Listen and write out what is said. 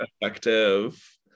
effective